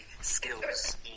skills